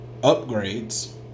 upgrades